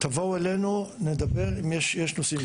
תבואו אלינו, נדבר אם יש נושאים.